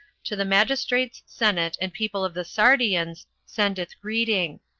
to the magistrates, senate, and people of the sardians, sendeth greeting.